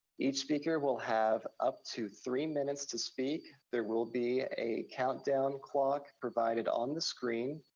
each speaker will have up to three minutes to speak. there will be a countdown clock provided on the screen.